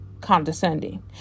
condescending